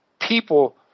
people